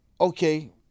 Okay